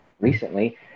recently